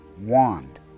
wand